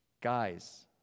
Guys